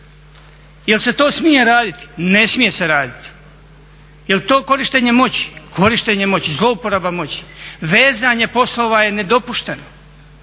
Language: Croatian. Jel' se to smije raditi? Ne smije se raditi. Jel' to korištenje moći? Korištenje moći, zlouporaba moći. Vezanje poslova je nedopušteno,